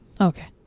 Okay